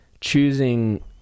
choosing